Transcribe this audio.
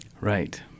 Right